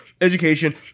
education